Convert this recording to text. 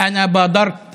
אני ביקשתי